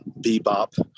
bebop